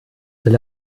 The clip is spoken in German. will